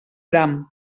bram